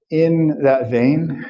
in that vein,